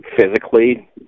physically